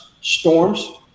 storms